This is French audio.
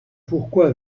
pourquoi